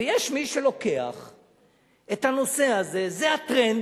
ויש מי שלוקח את הנושא הזה, זה הטרנד,